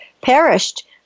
perished